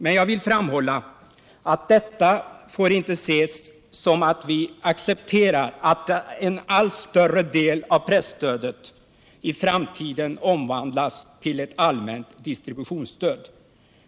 Men jag vill framhålla att detta inte får ses som att vi accepterar att en allt större del av presstödet i framtiden omvandlas till ett allmänt distributionsstöd.